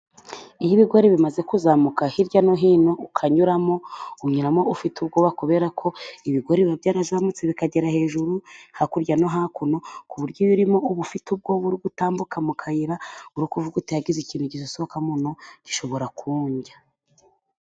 Iyo ibigori bimaze kuzamuka hirya no hino ukanyuramo, unyuramo ufite ubwoba, kubera ko ibigori biba byarazamutse bikagera hejuru, hakurya no hakuno, ku buryo iyo urimo, uba ufite ubwoba uri gutambuka mu kayira uri kuvuga uti:"Hagize ikintu gisosohoka mu no gishobora kundya".